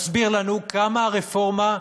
מסביר לנו כמה הרפורמה,